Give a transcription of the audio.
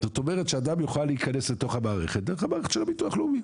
זאת אומרת שאדם יוכל להיכנס לתוך המערכת דרך המערכת של הביטוח הלאומי.